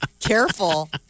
Careful